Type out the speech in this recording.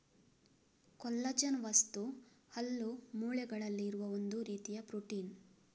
collagen ವಸ್ತು ಹಲ್ಲು, ಮೂಳೆಗಳಲ್ಲಿ ಇರುವ ಒಂದು ರೀತಿಯ ಪ್ರೊಟೀನ್